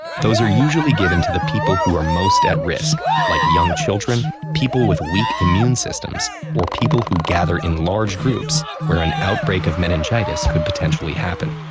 those are usually given to the people who are most at risk like young children, people with weak immune systems, or people who gather in large groups where an outbreak of meningitis could potentially happen.